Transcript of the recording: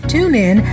TuneIn